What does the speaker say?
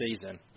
season